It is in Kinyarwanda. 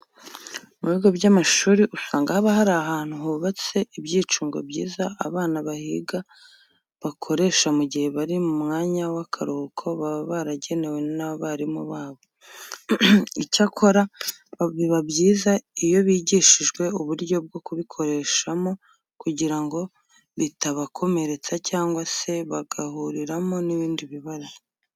Mu bigo by'amashuri usanga haba hari ahantu hubatse ibyicungo byiza abana bahiga bakoresha mu gihe bari mu mwanya w'akaruhuko baba baragenewe n'abarimu babo. Icyakora biba byiza iyo bigishijwe uburyo bwo kubikoreshamo kugira ngo bitabakomeretsa cyangwa se bagahuriramo n'ibindi bibazo.